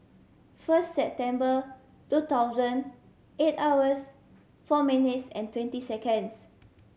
first September two thousand eight hours four minutes and twenty seconds